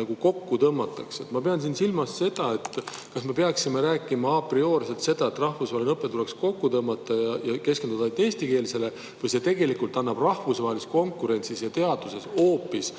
õpe kokku tõmmata? Ma pean siin silmas seda: kas me peaksime rääkima aprioorselt sellest, et rahvusvaheline õpe tuleks kokku tõmmata, ja keskenduma vaid eestikeelsele, või annab see tegelikult meile rahvusvahelises konkurentsis ja teaduses hoopis